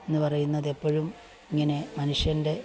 എന്നു പറയുന്നത് എപ്പോഴും ഇങ്ങനെ മനുഷ്യൻ്റെ